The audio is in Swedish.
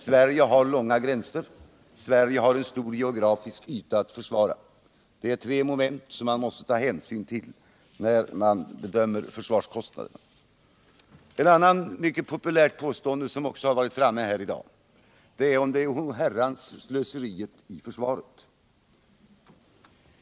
Sverige har långa gränser och Sverige har en stor geografisk yta att försvara. Det är tre faktorer som man måste ta hänsyn till när man bedömer försvarskostnaderna. Ett annat mycket populärt påstående, som har gjorts här i dag, är att det är ett oherrans slöseri i försvaret.